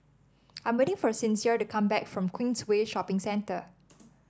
I am waiting for Sincere to come back from Queensway Shopping Centre